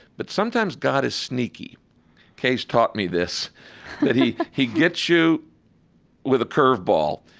but sometimes god is sneaky kay has taught me this that he he gets you with a curve ball.